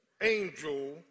angel